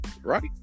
Right